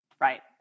Right